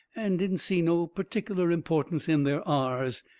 and didn't see no pertic'ler importance in their r's.